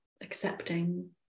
accepting